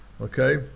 okay